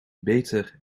beter